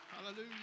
Hallelujah